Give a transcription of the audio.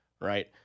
Right